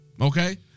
Okay